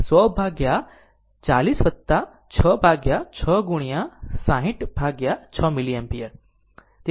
100 ભાગ્યા 40 6 ભાગ્યા 6 ગુણ્યા 60 ભાગ્યા 6 મિલીમપીર છે